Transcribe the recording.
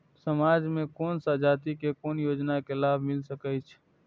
समाज में कोन सा जाति के कोन योजना के लाभ मिल सके छै?